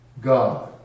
God